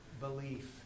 belief